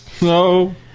No